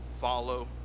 follow